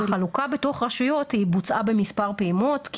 החלוקה בתוך הרשויות היא בוצעה במספר פעימות כי